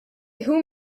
whom